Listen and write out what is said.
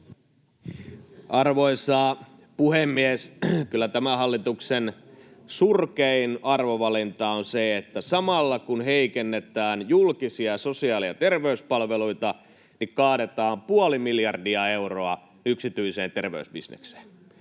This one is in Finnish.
Arvoisa puhemies! Kyllä tämän hallituksen surkein arvovalinta on se, että samalla kun heikennetään julkisia sosiaali- ja terveyspalveluita, kaadetaan puoli miljardia euroa yksityiseen terveysbisnekseen.